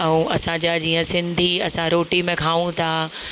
ऐं असांजा जीअं सिंधी असां रोटी में खाऊं था